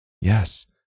Yes